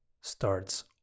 starts